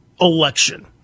election